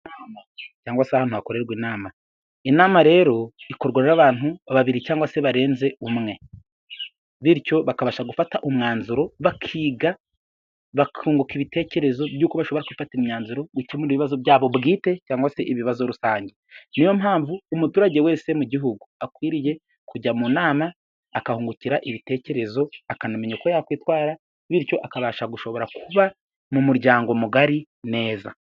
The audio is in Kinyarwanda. Cyangwa se ahantu hakorerwa inama. Inama rero ikorwa n'abantu babiri cyangwa se barenze umwe. Bityo bakabasha gufata umwanzuro, bakiga, bakunguka ibitekerezo by'uko bashobora gufata imyanzuro mu gukemura ibibazo byabo bwite cyangwa se ibibazo rusange. Ni yo mpamvu umuturage wese mu gihugu akwiriye kujya mu nama akahungukira ibitekerezo, akanamenya uko yakwitwara. Bityo akabasha gushobora kuba mu muryango mugari neza.